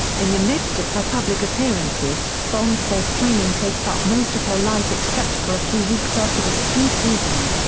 in the midst of her public appearances, vonn says training takes up most of her life except for a few weeks after the ski season.